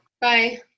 Bye